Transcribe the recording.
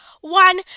one